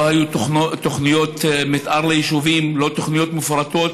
לא היו תוכניות מתאר ליישובים, לא תוכניות מפורטות